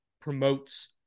promotes